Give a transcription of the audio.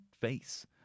face